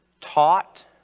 taught